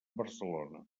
barcelona